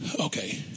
Okay